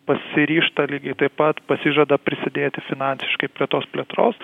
pasiryžta lygiai taip pat pasižada prisidėti finansiškai prie tos plėtros